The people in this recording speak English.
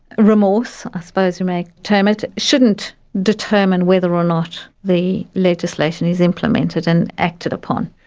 remorse, i suppose we may term it, shouldn't determine whether or not the legislation is implemented and acted upon.